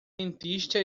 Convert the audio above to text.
cientista